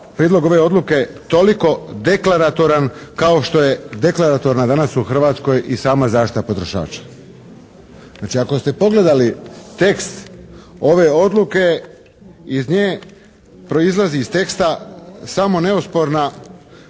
prijedlog ove odluke toliko deklaratoran kao što je deklaratorna danas u Hrvatskoj i sama zaštita potrošača. Znači ako ste pogledali tekst ove odluke iz nje proizlazi iz teksta samo neosporna